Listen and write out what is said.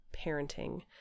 Parenting